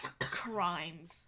crimes